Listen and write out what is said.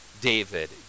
david